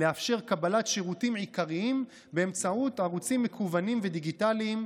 לאפשר קבלת שירותים עיקריים באמצעות ערוצים מקוונים ודיגיטליים,